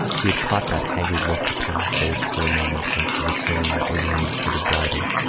he had caught that haggard look upon her face for a moment when she was singing arrayed for the bridal.